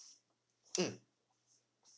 mm